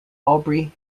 aubrey